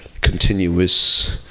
continuous